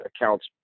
accounts